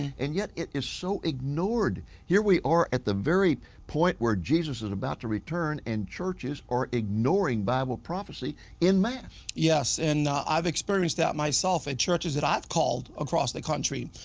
and yet it is so ignored. here we are at the very point where jesus is about to return and churches are ignoring bible prophecy in mass. yes, and i have experience that myself at churches that i have called across the country.